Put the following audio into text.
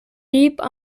deep